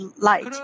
light